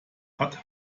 hat